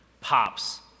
pops